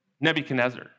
Nebuchadnezzar